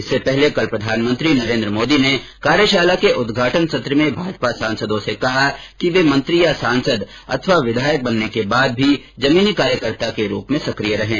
इससे पहले कल प्रधानमंत्री नरेन्द्र मोदी ने कार्यशाला के उदघाटन सत्र में भाजपा सांसदों से कहा कि वे मंत्री या सांसद अथवा विधायक बनने के बाद भी जमीनी कार्यकर्ता के रूप में सक्रिय रहें